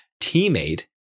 teammate